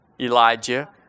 Elijah